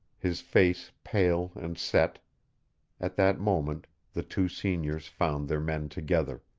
his face pale and set at that moment the two seniors found their men together.